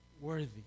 worthy